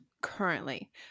currently